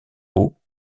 hauts